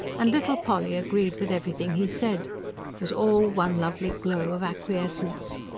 and little polly agreed with everything he said was all one lovely glow of acquiescence.